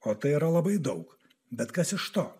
o tai yra labai daug bet kas iš to